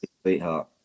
sweetheart